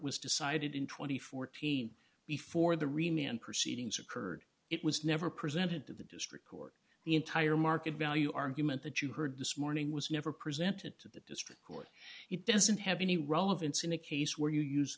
was decided in two thousand and fourteen before the remaining proceedings occurred it was never presented to the district court the entire market value argument that you heard this morning was never presented to the district court it doesn't have any relevance in a case where you use